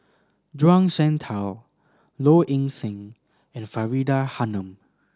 Zhuang Shengtao Low Ing Sing and Faridah Hanum